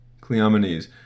Cleomenes